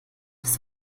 des